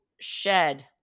shed